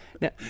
Now